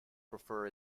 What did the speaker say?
prefer